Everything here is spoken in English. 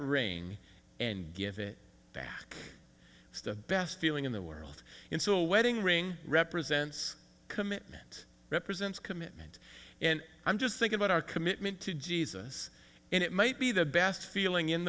rain and give it back it's the best feeling in the world into a wedding ring represents commitment represents commitment and i'm just thinking about our commitment to jesus and it might be the best feeling in